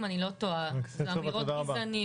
אם אני לא טועה אלה אמירות גזעניות,